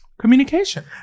Communication